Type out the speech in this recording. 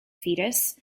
fetus